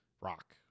rock